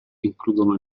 includono